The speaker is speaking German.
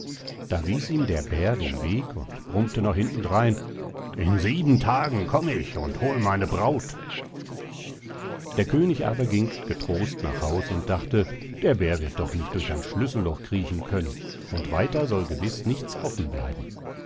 da wies ihm der bär den weg und brummte noch hintendrein in sieben tagen komm ich und hol meine braut der könig aber ging getrost nach haus und dachte der bär wird doch nicht durch ein schlüsselloch kriechen können und weiter soll gewiß nichts offen bleiben